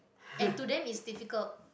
and to them is difficult